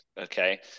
okay